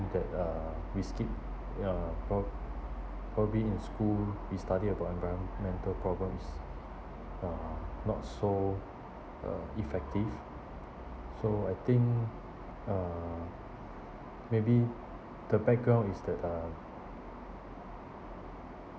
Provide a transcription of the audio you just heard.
that uh we skip uh pro~ probably in school we study about environmental problems uh not so uh effective so I think uh maybe the background is that uh